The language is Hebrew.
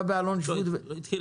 שר